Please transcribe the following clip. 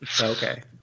Okay